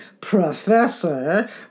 Professor